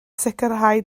sicrhau